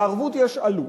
לערבות יש עלות,